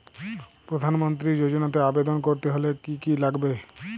প্রধান মন্ত্রী যোজনাতে আবেদন করতে হলে কি কী লাগবে?